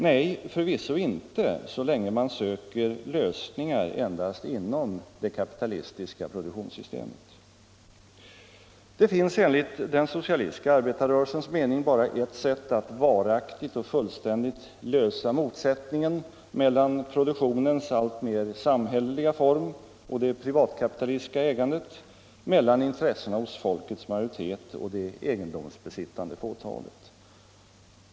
Nej, förvisso inte så länge man söker lösningar endast inom det kapitalistiska produktionssystemet. Det finns enligt den socialistiska arbetarrörelsens mening bara ett sätt att varaktigt och fullständigt lösa motsättningen mellan produktionens alltmer samhälleliga form och det privatkapitalistiska ägandet, mellan intressena hos folkets majoritet och det egendomsbesittande fåtalet.